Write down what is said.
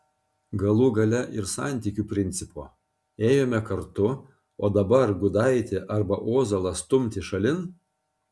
galų gale ir santykių principo ėjome kartu o dabar gudaitį arba ozolą stumti šalin